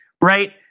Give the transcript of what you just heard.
right